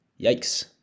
Yikes